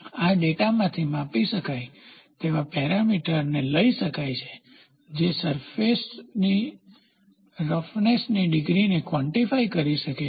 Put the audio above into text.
આ ડેટામાંથી માપી શકાય તેવા પેરામીટર ને લઈ શકાય છે જે સરફેસની રફનેસની ડિગ્રીને ક્વોન્ટીફાઇ કરી શકે છે